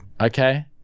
okay